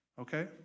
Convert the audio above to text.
okay